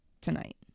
tonight